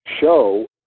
show